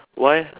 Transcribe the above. why